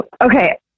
Okay